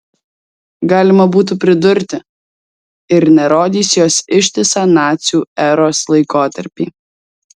galima būtų pridurti ir nerodys jos ištisą nacių eros laikotarpį